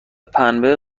پنبه